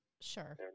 sure